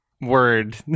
word